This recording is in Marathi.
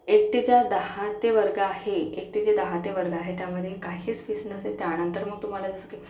एक ते चार दहा ते वर्ग आहे एक ते ते दहा ते वर्ग आहे त्यामध्ये काहीच फीज नसेल त्यानंतर मग तुम्हाला